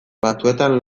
batzuetan